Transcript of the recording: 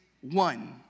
one